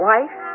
Wife